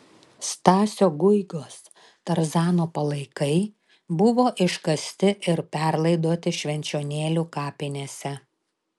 stasio guigos tarzano palaikai buvo iškasti ir perlaidoti švenčionėlių kapinėse